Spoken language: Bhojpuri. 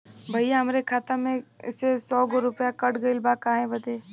भईया हमरे खाता मे से सौ गो रूपया कट गइल बा काहे बदे?